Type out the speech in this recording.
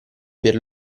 per